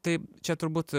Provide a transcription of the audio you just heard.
tai čia turbūt